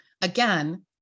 again